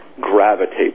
gravitate